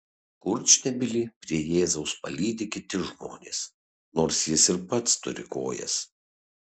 kurčnebylį prie jėzaus palydi kiti žmonės nors jis ir pats turi kojas